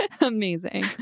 Amazing